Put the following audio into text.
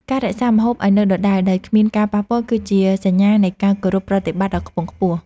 ការរក្សាម្ហូបឱ្យនៅដដែលដោយគ្មានការប៉ះពាល់ គឺជាសញ្ញានៃការគោរពប្រតិបត្តិដ៏ខ្ពង់ខ្ពស់។